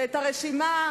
ואת הרשימה